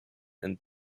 and